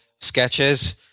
sketches